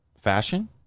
Fashion